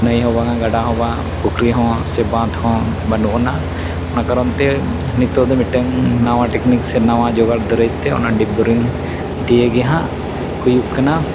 ᱱᱟᱹᱭ ᱦᱚᱸ ᱵᱟᱝ ᱜᱟᱰᱟ ᱦᱚᱸ ᱵᱟᱝ ᱯᱩᱠᱷᱨᱤ ᱦᱚᱸ ᱵᱟᱝ ᱥᱮ ᱵᱟᱸᱫᱽ ᱦᱚᱸ ᱵᱟᱝ ᱥᱮ ᱵᱟᱹᱱᱩᱜ ᱟᱱᱟᱝ ᱚᱱᱟ ᱠᱟᱨᱚᱱ ᱛᱮ ᱱᱤᱛᱚᱜ ᱫᱚ ᱢᱤᱫᱴᱮᱱ ᱱᱟᱣᱟ ᱴᱮᱠᱱᱤᱠ ᱥᱮ ᱱᱟᱣᱟ ᱡᱳᱜᱟᱲ ᱫᱟᱨᱟᱭ ᱛᱮ ᱚᱱᱟ ᱰᱤᱯ ᱵᱳᱨᱤᱝ ᱫᱤᱭᱮ ᱜᱮ ᱦᱟᱸᱜ ᱦᱩᱭᱩᱜ ᱠᱟᱱᱟ